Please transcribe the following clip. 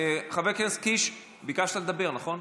חבר הכנסת קיש, ביקשת לדבר, נכון?